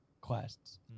quests